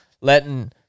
letting